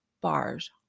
bars